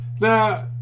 Now